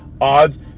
odds